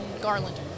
garland